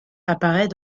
apparaît